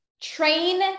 Train